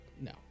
No